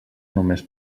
només